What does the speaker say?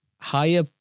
higher